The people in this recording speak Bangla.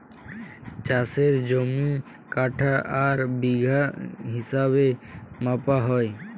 চাষের জমি কাঠা আর বিঘা হিছাবে মাপা হ্যয়